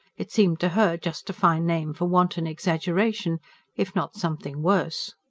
it seemed to her just a fine name for wanton exaggeration if not something worse.